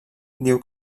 diu